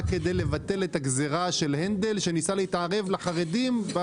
אנחנו כאן רק כדי לבטל את הגזרה של הנדל שניסה להתערב לחרדים.